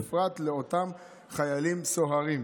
בפרט לאותם חיילים סוהרים.